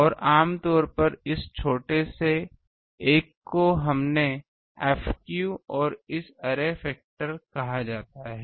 और आम तौर पर इस छोटे से एक को हमने f और इसे अरे फैक्टर कहा है